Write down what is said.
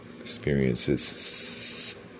experiences